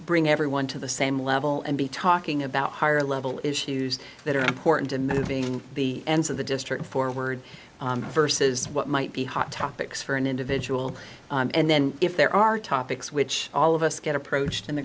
bring everyone to the same level and be talking about higher level issues that are important and moving the ends of the district forward versus what might be hot topics for an individual and then if there are topics which all of us get approached